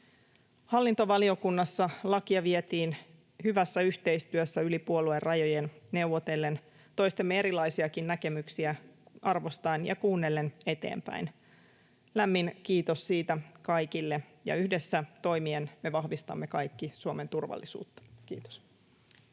Hallintovaliokunnassa lakia vietiin eteenpäin hyvässä yhteistyössä yli puoluerajojen neuvotellen, toistemme erilaisiakin näkemyksiä arvostaen ja kuunnellen. Lämmin kiitos siitä kaikille. Yhdessä toimien me vahvistamme kaikki Suomen turvallisuutta. — Kiitos.